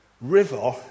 river